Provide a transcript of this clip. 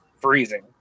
freezing